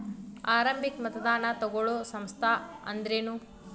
ಆರಂಭಿಕ್ ಮತದಾನಾ ತಗೋಳೋ ಸಂಸ್ಥಾ ಅಂದ್ರೇನು?